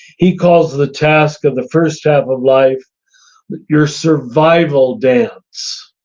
he calls the task of the first half of life your survival dance,